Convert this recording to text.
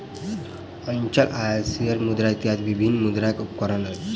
अचल आय, शेयर मुद्रा इत्यादि विभिन्न मुद्रा के उदाहरण अछि